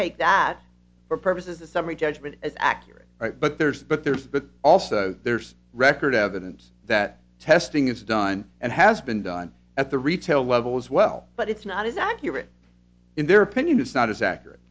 take that for purposes the summary judgment is accurate but there's but there's also there's record evidence that testing is done and has been done at the retail level as well but it's not as accurate in their opinion it's not as accurate